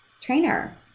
trainer